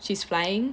she's flying